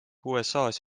usas